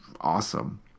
awesome